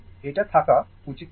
এটা থাকা উচিত নয়